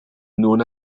known